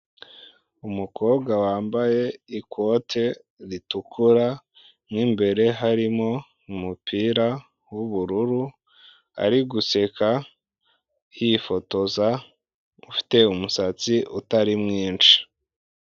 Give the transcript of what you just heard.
Umukobwa wambaye ikote ritukura, mo imbere harimo umupira w'ubururu, ari guseka yifotoza ufite umusatsi utari mwinshi.